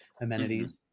amenities